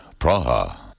Praha